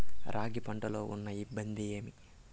రాగి పంటలో ఉన్న ఇబ్బంది ఏమి?